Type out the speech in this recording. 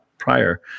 Prior